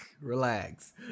relax